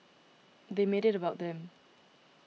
they made it about them